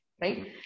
right